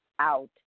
out